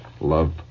love